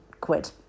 quid